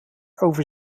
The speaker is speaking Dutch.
over